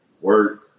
work